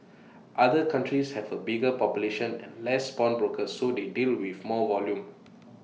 other countries have A bigger population and less pawnbrokers so they deal with more volume